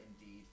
indeed